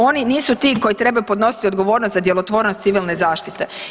Oni nisu ti koji trebaju podnositi odgovornost za djelotvornost Civilne zaštite.